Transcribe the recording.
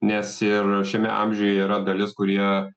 nes ir šiame amžiuje yra dalis kurie